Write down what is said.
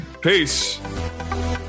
Peace